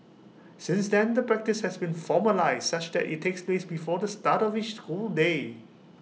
since then the practice has been formalised such that IT takes place before the start of each school day